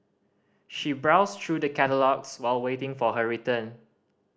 she browsed through the catalogues while waiting for her turn